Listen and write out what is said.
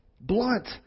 blunt